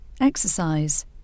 exercise